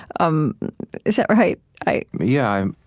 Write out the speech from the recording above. um is that right? i, yeah.